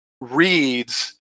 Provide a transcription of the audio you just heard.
reads